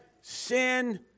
sin